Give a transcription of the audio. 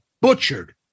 butchered